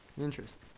Interesting